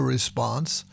Response